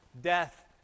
death